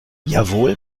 jawohl